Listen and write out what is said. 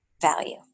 value